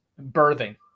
birthing